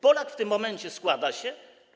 Polak w tym momencie składa się.